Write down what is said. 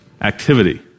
activity